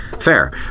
fair